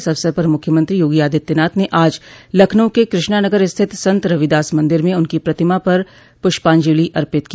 इस अवसर पर मुख्यमंत्री योगी आदित्यनाथ ने आज लखनऊ के कृष्णानगर स्थित संत रविदास मंदिर में उनकी प्रतिमा पर पुष्पांजलि अर्पित की